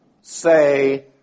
say